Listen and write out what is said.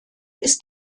ist